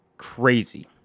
crazy